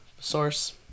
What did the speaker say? source